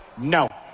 No